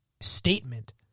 statement